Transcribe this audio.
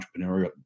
entrepreneurial